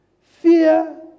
fear